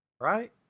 right